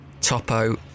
Topo